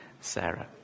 Sarah